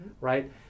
right